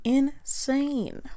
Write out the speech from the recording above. insane